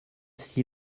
six